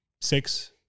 six